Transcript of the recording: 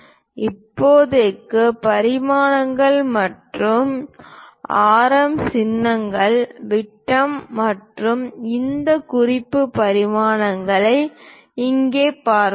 இப்போதைக்கு பரிமாணங்கள் மற்றும் ஆரம் சின்னங்கள் விட்டம் மற்றும் இந்த குறிப்பு பரிமாணங்களை இங்கே பார்ப்போம்